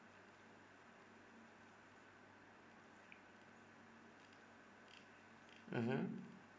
mmhmm